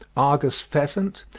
argus pheasant,